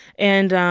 and